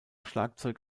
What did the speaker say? schlagzeug